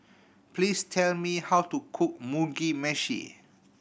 please tell me how to cook Mugi Meshi